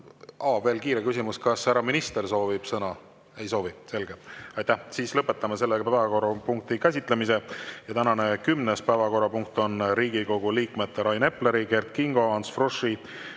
Aa, kiire küsimus enne ka: kas härra minister soovib sõna? Ei soovi. Selge, aitäh! Siis lõpetame selle päevakorrapunkti käsitlemise. Tänane kümnes päevakorrapunkt on Riigikogu liikmete Rain Epleri, Kert Kingo, Ants Froschi